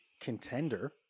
contender